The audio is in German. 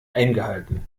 eingehalten